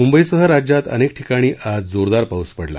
मुंबईसह राज्यात अनेक ठिकाणी आज जोरदार पाऊस पडला